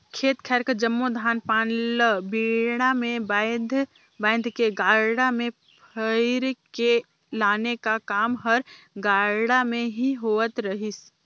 खेत खाएर कर जम्मो धान पान ल बीड़ा मे बाएध बाएध के गाड़ा मे भइर के लाने का काम हर गाड़ा मे ही होवत रहिस